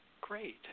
Great